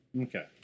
Okay